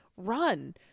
run